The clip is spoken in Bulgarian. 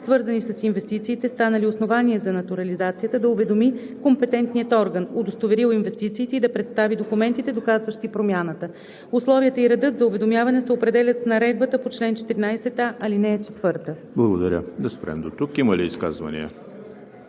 свързани с инвестициите, станали основание за натурализацията, да уведоми компетентния орган, удостоверил инвестициите, и да представи документите, доказващи промяната. Условията и редът за уведомяване се определят с наредбата по чл. 14а, ал. 4.“ ПРЕДСЕДАТЕЛ ЕМИЛ ХРИСТОВ: Има ли изказвания?